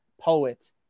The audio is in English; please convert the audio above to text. poet